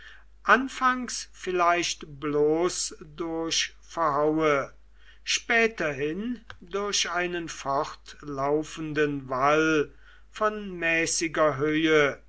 anfangs vielleicht bloß durch verhaue späterhin durch einen fortlaufenden wall von mäßiger höhe